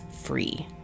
free